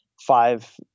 five